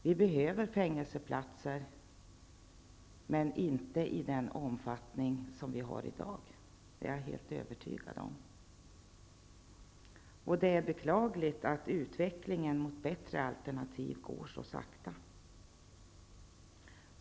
Vi behöver fängelseplatser men inte i den omfattning som vi har i dag, det är jag helt övertygad om, och det är beklagligt att utvecklingen mot bättre alternativ går så sakta.